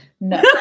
no